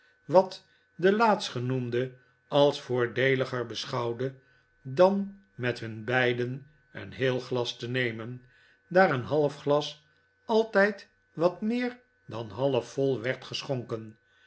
wat de laatstgenoemde als voordeeliger beschouwde dan met hun beiden een heel glas te nemen daar een half glas altijd wat meer dan half vol werd geschonken